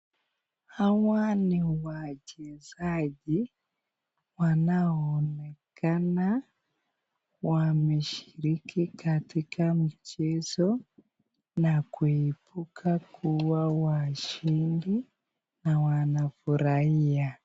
Hawa ni wachezaji wanaonekana wameshiriki katika michezo na kuibuka kuwa washindi na wanafurahia.